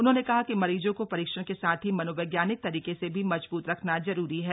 उन्होंने कहा कि मरीजों को परीक्षण के साथ ही मनोवैज्ञानिक तरीके से भी मजबूत रखना जरूरी है